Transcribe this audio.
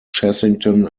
chessington